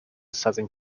southern